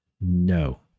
No